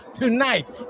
Tonight